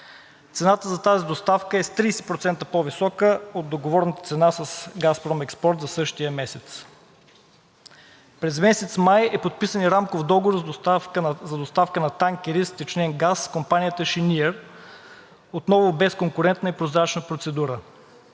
Цената за тази доставка е с 30% по-висока от договорената цена с „Газпром Експорт“ за същия месец. През месец май е подписан и рамков договор за доставка на танкери с втечнен газ с компанията „Шениър“, отново без конкурентна и прозрачна процедура.